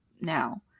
now